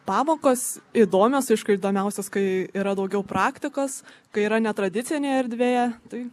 pamokos įdomios aišku įdomiausios kai yra daugiau praktikos kai yra netradicinėje erdvėje tai